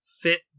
fit